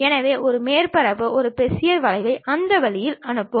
எனவே ஒரு மேற்பரப்பில் ஒரு பெசியர் வளைவை அந்த வழியில் அனுப்பவும்